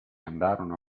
andarono